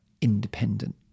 independent